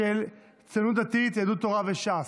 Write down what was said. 3, של הציונות הדתית, יהדות התורה וש"ס.